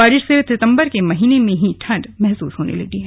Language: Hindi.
बारिश से सितंबर के महीने में ही ठंड महसूस होने लगी है